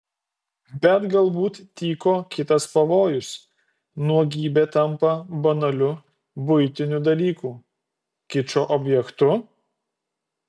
bet galbūt tyko kitas pavojus nuogybė tampa banaliu buitiniu dalyku kičo objektu